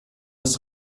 ist